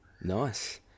nice